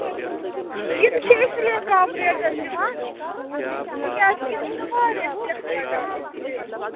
یِم چھِ اِسی لیے کَم ریٹَس دِوان تِکیٛازِ یِم چھِ نہَ واریاہ سیٚکھ رَٹان اِسی لیے